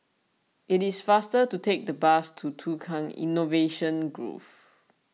it is faster to take the bus to Tukang Innovation Grove